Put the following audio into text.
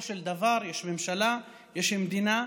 אבל בסופו של דבר יש ממשלה, יש מדינה,